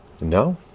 No